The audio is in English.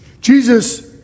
Jesus